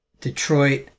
Detroit